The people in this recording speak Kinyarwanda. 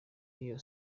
y’iyo